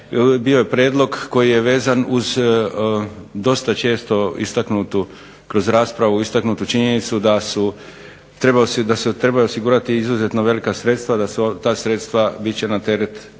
Bio je prijedlog koji je vezan uz dosta često istaknutu kroz raspravu istaknutu činjenicu da se trebaju osigurati izuzetno velika sredstva, da ta sredstva bit će na teret